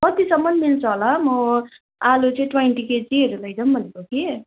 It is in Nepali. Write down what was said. कतिसम्म मिल्छ होला म आलुहरू ट्वेन्टी केजी लैजाउँ भनेको कि